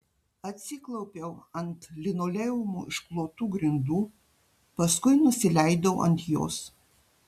atsiklaupiau ant linoleumu išklotų grindų paskui nusileidau ant jos